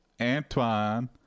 antoine